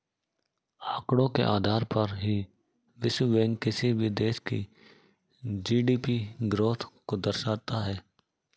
आंकड़ों के आधार पर ही विश्व बैंक किसी भी देश की जी.डी.पी ग्रोथ को दर्शाता है